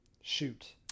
Shoot